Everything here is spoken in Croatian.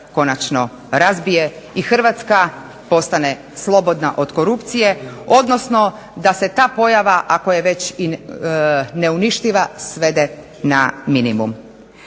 konačno razbije i Hrvatska postane slobodna od korupcije, odnosno da se ta pojava ako je već i neuništiva svede na minimum.